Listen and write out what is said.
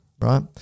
Right